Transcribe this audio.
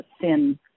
thin